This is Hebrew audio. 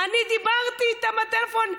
אני דיברתי איתה בטלפון,